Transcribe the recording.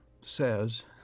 says